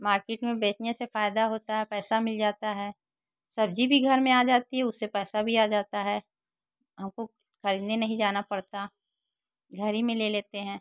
market में बेचने से फ़ायदा होता है पैसा मिल जाता है सब्ज़ी भी घर में आ जाती है उससे पैसा भी आ जाता है हमको ख़रीदने नहीं जाना पड़ता घर ही में ले लेते हैं